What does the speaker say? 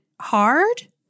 hard